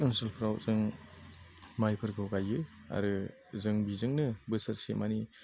ओनसोलफ्राव जों माइफोरखौ गायो आरो जों बेजोंनो बोसोरसेमानि